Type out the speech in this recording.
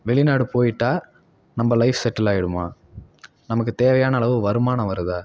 வெளிநாடு போயிட்டால் நம்ம லைஃப் செட்டில் ஆயிடுமா நமக்கு தேவையான அளவு வருமானம் வருதா